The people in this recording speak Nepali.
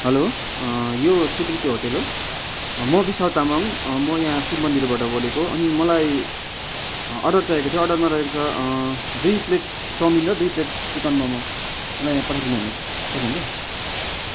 हल्लो यो सुकृति होटेल हो म विश्व तामाङ म यहाँ शिवमन्दिरबाट बोलेको अनि मलाई अर्डर चाहिएको थियो अर्डरमा रहेको छ दुई प्लेट चाउमिन र दुई प्लेट चिकन मोमो मलाई यहाँ पठाइदिन हुन सक्नुहुनछ